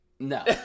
No